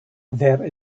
there